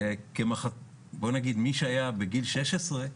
מי שהיה בן 16,